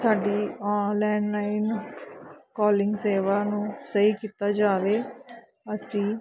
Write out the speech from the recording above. ਸਾਡੀ online line calling ਸੇਵਾ ਨੂੰ ਸਹੀ ਕੀਤਾ ਜਾਵੇ ਅਸੀਂ